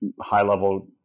high-level